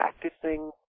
practicing